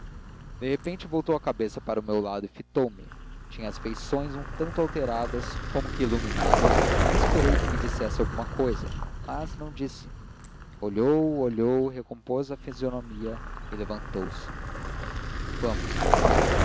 de repente voltou a cabeça para meu lado e fitou-me tinha as feições um tanto alteradas como que iluminadas e esperei que me dissesse alguma cousa mas não disse olhou olhou recompôs a fisionomia e levantou-se vamos